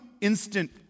instant